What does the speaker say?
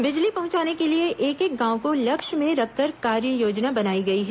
बिजली पहुंचाने के लिए एक एक गांव को लक्ष्य में रखकर कार्ययोजना बनाई गई है